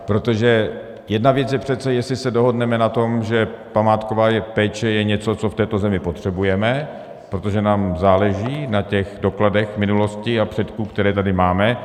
Protože jedna věc je přece, jestli se dohodneme na tom, že památková péče je něco, co v této zemi potřebujeme, protože nám záleží na těch dokladech minulosti a předků, které tady máme.